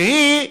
שהיא,